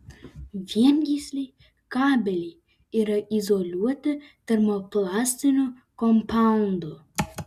viengysliai kabeliai yra izoliuoti termoplastiniu kompaundu